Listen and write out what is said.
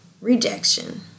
rejection